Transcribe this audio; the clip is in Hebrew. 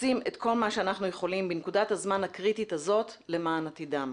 עושים את כל מה שאנחנו יכולים בנקודת הזמן הקריטית הזאת למען עתידם.